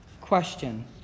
question